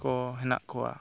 ᱠᱚ ᱦᱮᱱᱟᱜ ᱠᱚᱣᱟ